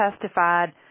testified